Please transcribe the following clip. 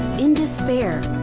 in despair?